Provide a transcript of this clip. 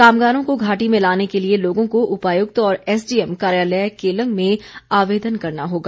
कामगारों को घाटी में लाने के लिए लोगों को उपायुक्त और एसडीएम कार्यालय केलंग में आवेदन करना होगा